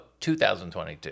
2022